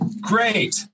great